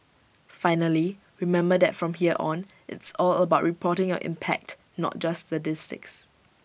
finally remember that from here on it's all about reporting your impact not just statistics